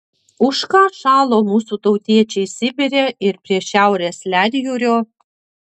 už ką šalo mūsų tautiečiai sibire ir prie šiaurės ledjūrio